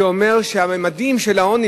זה אומר שהממדים של העוני,